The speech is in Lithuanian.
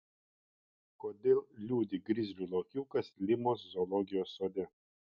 kodėl liūdi grizlių lokiukas limos zoologijos sode